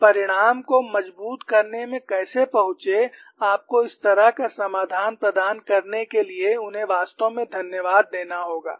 वे परिणाम को मजबूत करने में कैसे पहुंचे आपको इस तरह का समाधान प्रदान करने के लिए उन्हें वास्तव में धन्यवाद देना होगा